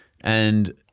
And-